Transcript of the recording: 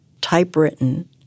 Typewritten